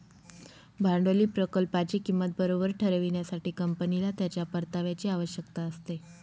भांडवली प्रकल्पाची किंमत बरोबर ठरविण्यासाठी, कंपनीला त्याच्या परताव्याची आवश्यकता असते